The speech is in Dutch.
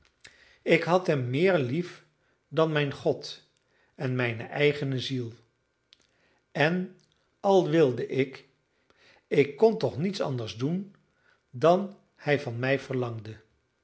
ik had hem meer lief dan mijn god en mijne eigene ziel en al wilde ik ik kon toch niets anders doen dan hij van mij verlangde